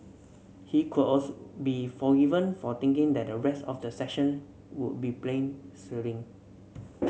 he could also be forgiven for thinking that the rest of the session would be plain sailing